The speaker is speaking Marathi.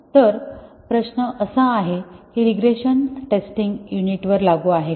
तर प्रश्न असा आहे की रीग्रेशन टेस्टिंग युनिटवर लागू आहे का